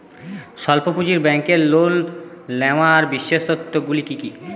স্বল্প পুঁজির ব্যাংকের লোন নেওয়ার বিশেষত্বগুলি কী কী?